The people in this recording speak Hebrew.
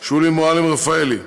שולי מועלם-רפאלי.